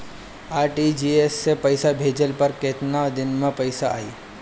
RTGS से पईसा भेजला पर केतना दिन मे पईसा जाई?